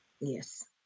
Yes